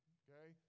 okay